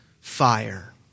fire